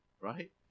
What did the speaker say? right